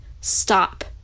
stop